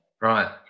right